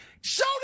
Show